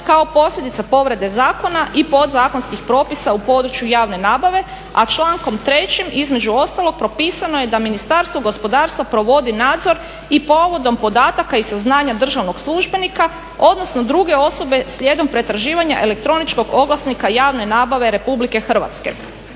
kao posljedica povrede zakona i podzakonskih propisa u području javne nabave. A člankom 3. između ostalog propisano je da Ministarstvo gospodarstva provodi nadzor i povodom podataka i saznanja državnog službenika, odnosno druge osobe slijedom pretraživanja elektroničkog oglasnika javne nabave Republike Hrvatske.